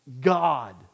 God